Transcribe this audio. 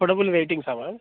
affordable weightings ma'am